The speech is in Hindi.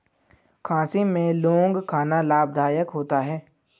खांसी में लौंग खाना लाभदायक होता है